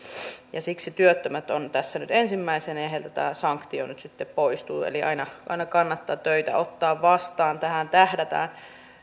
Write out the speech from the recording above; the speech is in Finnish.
ja siksi työttömät ovat tässä nyt ensimmäisenä ja heiltä tämä sanktio nyt sitten poistuu eli aina aina kannattaa töitä ottaa vastaan tähän tähdätään